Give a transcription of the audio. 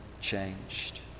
changed